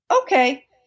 okay